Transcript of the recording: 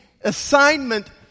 assignment